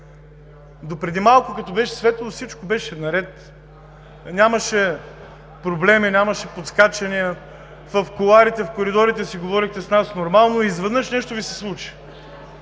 Допреди малко, когато беше светло, всичко беше наред, нямаше проблеми, нямаше подскачания, в кулоарите, в коридорите си говорихте с нас нормално и изведнъж нещо Ви се случи.